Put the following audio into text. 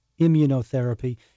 immunotherapy